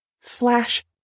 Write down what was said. slash